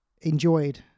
enjoyed